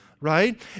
right